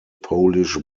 polish